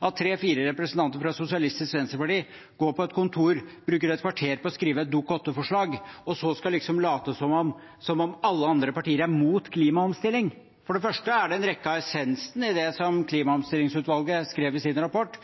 at tre–fire representanter fra Sosialistisk Venstreparti går på et kontor, bruker et kvarter på å skrive et Dokument 8-forslag og så skal late som om alle andre partier er imot klimaomstilling. For det første er det mye av det som er essensen i det klimaomstillingsutvalget skrev i sin rapport,